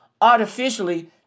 artificially